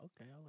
Okay